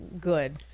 good